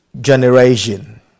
generation